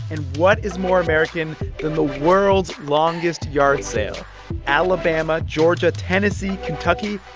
and what is more american than the world's longest yard sale alabama, georgia, tennessee, kentucky,